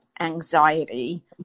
anxiety